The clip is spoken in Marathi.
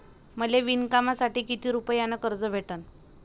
मले विणकामासाठी किती रुपयानं कर्ज भेटन?